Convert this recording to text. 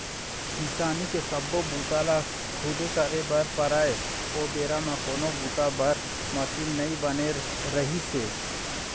किसानी के सब्बो बूता ल खुदे करे बर परय ओ बेरा म कोनो बूता बर मसीन नइ बने रिहिस हे